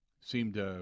seemed